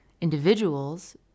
individuals